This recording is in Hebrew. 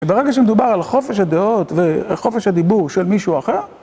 ברגע שמדובר על חופש הדעות וחופש הדיבור של מישהו אחר